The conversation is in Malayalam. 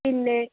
പിന്നെ